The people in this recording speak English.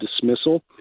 dismissal